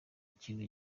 ikintu